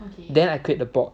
then I create the bot